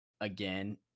again